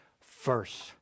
first